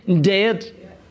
dead